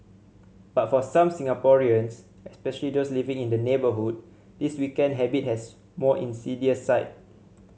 but for some Singaporeans especially those living in the neighbourhood this weekend habit has more insidious side